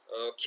Okay